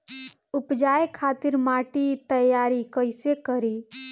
उपजाये खातिर माटी तैयारी कइसे करी?